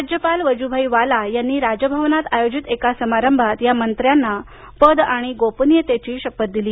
राज्यपाल वजूभाई वाला यांनी राजभवनात आयोजित एका समारंभात या मंत्र्यांना पद आणि गोपनीयतेची शपथ दिली